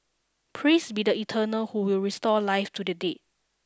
praise be the eternal who will restore life to the dead